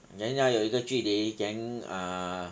then 要有一个距离 then ah